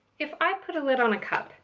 if i put a lid on a cup,